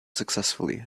successfully